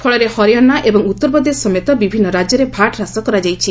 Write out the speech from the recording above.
ଫଳରେ ହରିୟାଣା ଏବଂ ଉତ୍ତରପ୍ରଦେଶ ସମେତ ବିଭିନ୍ନ ରାଜ୍ୟରେ ଭାଟ ହ୍ରାସ କରାଯାଇଛି